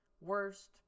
worst